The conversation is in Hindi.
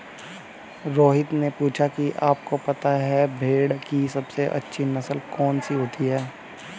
रोहित ने पूछा कि आप को पता है भेड़ की सबसे अच्छी नस्ल कौन सी होती है?